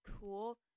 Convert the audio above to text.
cool